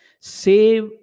Save